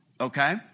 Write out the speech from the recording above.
Okay